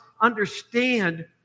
understand